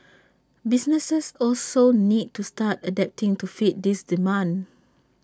businesses also need to start adapting to fit this demand